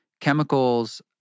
chemicals